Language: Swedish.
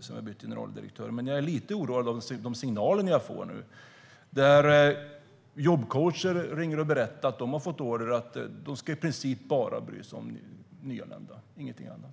sedan man bytte generaldirektör. Men jag är lite oroad över de signaler som jag nu får. Jobbcoacher ringer och berättar att de har fått order om att de i princip bara ska bry sig om nyanlända - inga andra.